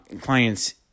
clients